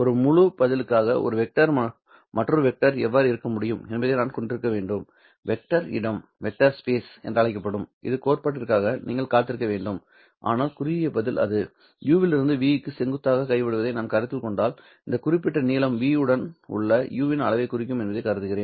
ஒரு முழு பதிலுக்காக ஒரு வெக்டர் மற்றொரு வெக்டரில் எவ்வாறு இருக்க முடியும் என்பதை நான் கொண்டிருக்க வேண்டும் வெக்டர் இடம் என்று அழைக்கப்படும் ஒரு கோட்பாட்டிற்காக நீங்கள் காத்திருக்க வேண்டும் ஆனால் குறுகிய பதில் அது u இலிருந்து 'v க்கு செங்குத்தாக கைவிடுவதை நான் கருத்தில் கொண்டால் இந்த குறிப்பிட்ட நீளம் 'v உடன் உள்ள 'u அளவைக் குறிக்கும் என்பதைக் காண்கிறேன்